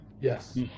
Yes